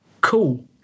Cool